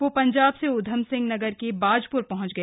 वो पंजाब से ऊधमसिंह नगर के बाजप्र पहंच गया